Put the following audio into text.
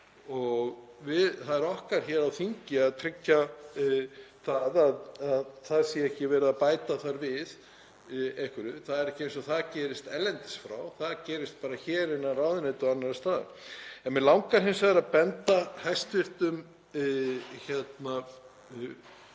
og það er okkar hér á þingi að tryggja að ekki sé verið að bæta þar við einhverju. Það er ekki eins og það gerist erlendis frá, það gerist bara hér innan ráðuneyta og annarra staða. Mig langar hins vegar að benda hæstv.